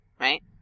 right